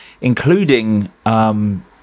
including